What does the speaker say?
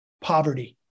poverty